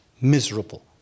miserable